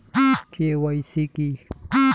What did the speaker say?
KYC কী?